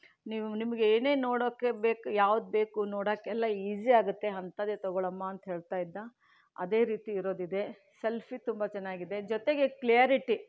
ನೀವು ನಿಮಗೆ ಏನೇ ನೋಡೋಕ್ಕೆ ಬೇಕು ಯಾವುದು ಬೇಕು ನೋಡೋಕ್ಕೆಲ್ಲ ಈಝಿ ಆಗತ್ತೆ ಅಂತದೇ ತೊಗೊಳಮ್ಮ ಅಂತ ಹೇಳ್ತಾಯಿದ್ದ ಅದೇ ರೀತಿ ಇರೋದು ಇದೆ ಸೆಲ್ಫಿ ತುಂಬ ಚೆನ್ನಾಗಿದೆ ಜೊತೆಗೆ ಕ್ಲ್ಯಾರಿಟಿ